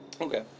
Okay